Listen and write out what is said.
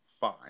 fine